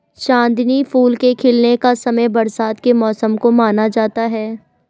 चांदनी फूल के खिलने का समय बरसात के मौसम को माना जाता है